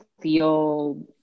feel